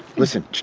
listen,